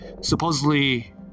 supposedly